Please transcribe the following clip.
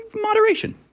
Moderation